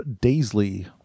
daisley